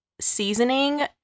seasoning